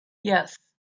yes